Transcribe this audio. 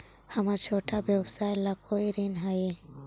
हमर छोटा व्यवसाय ला कोई ऋण हई?